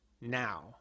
now